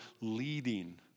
leading